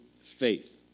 faith